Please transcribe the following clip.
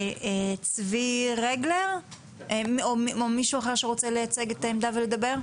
צבי רגלר או מישהו אחר שרוצה לייצג את העמדה ולדבר?